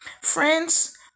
Friends